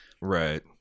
right